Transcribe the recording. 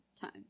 time